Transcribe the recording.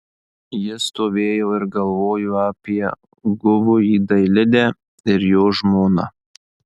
ji stovėjo ir galvojo apie guvųjį dailidę ir jo žmoną